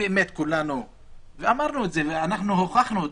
ואמרנו את זה והוכחנו.